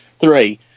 Three